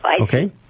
Okay